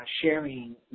sharing